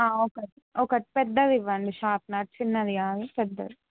ఒకటి ఒకటి పెద్దది ఇవ్వండి షార్ప్నర్ చిన్నది కాదు పెద్దది